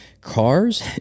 cars